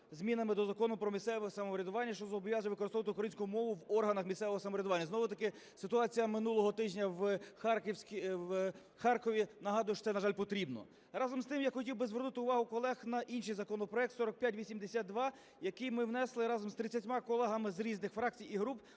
змінами до Закону про місцеве самоврядування, що зобов'яже використовувати українську мову в органах місцевого самоврядування. Знову-таки ситуація минулого тижня в Харкові нагадує, що це, на жаль, потрібно. Разом з тим, я хотів би звернути увагу колег на інший законопроект 4582, який ми внесли разом з 30 колегами з різних фракцій і груп